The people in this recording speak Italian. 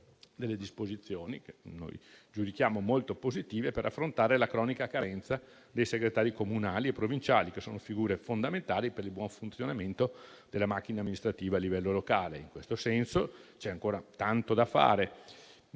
delle disposizioni, che noi consideriamo molto positive, per affrontare la cronica carenza di segretari comunali e provinciali, che sono figure fondamentali per il buon funzionamento della macchina amministrativa a livello locale. In questo senso c'è ancora tanto da fare,